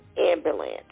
ambulance